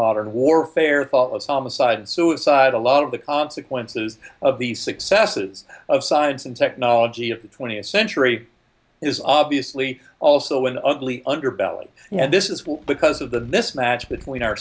modern warfare thoughtless homicide and suicide a lot of the consequences of the successes of science and technology of the twentieth century is obviously also an ugly underbelly and this is because of the mismatch between our